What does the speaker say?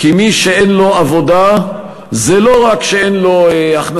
כי מי שאין לו עבודה זה לא רק שאין לו הכנסה,